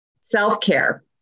self-care